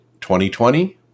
2020